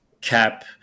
Cap